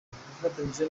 bafatanyije